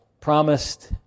promised